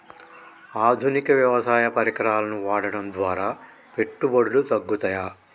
ఆధునిక వ్యవసాయ పరికరాలను వాడటం ద్వారా పెట్టుబడులు తగ్గుతయ?